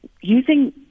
using